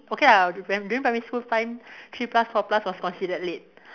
okay lah when during primary time three plus four plus was considered late